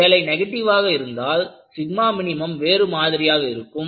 ஒருவேளை நெகட்டிவ் ஆக இருந்தால் minவேறு மாதிரியாக இருக்கும்